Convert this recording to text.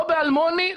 לא באלמוני,